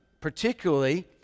Particularly